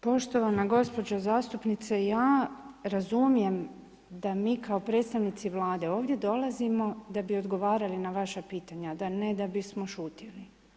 Poštovana gospođo zastupnice, ja razumijem da mi kao predstavnici Vlade ovdje dolazimo da bi odgovarali na vaša pitanja a ne da bismo šutjeli.